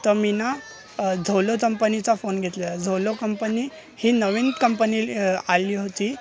तर मी ना झोलो तंपनीचा फोन घेतलेला झोलो कंपनी ही नवीन कंपनील आली होती